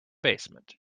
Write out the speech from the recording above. basement